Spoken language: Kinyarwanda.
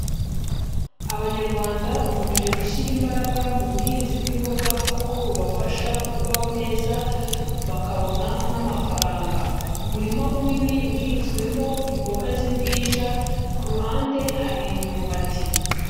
Abanyarwanda bakomeje gushyira imbaraga mu buhinzi bw'imboga kuko bubafasha kubaho neza bakabona n'amafaranga, umurima munini uhinzwemo imboga z'imbwija, ku ruhande hari imyumbati.